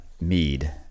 Mead